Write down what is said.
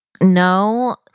No